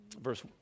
Verse